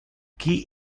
qui